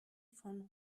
von